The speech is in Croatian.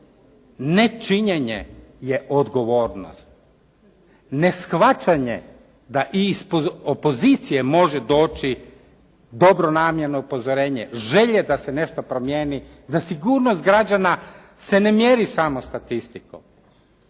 ne činjenje je odgovornost, neshvaćanje da i iz opozicije može doći dobronamjerno upozorenje, želje da se nešto promijeni da sigurnost građana se ne mjeri samo statistikom.